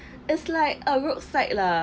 it's like a roadside lah